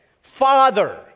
Father